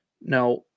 Now